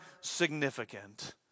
significant